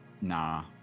nah